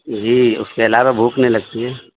جی اس کے علاوہ بھوک نہیں لگتی ہے